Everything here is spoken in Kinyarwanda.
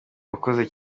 wakoze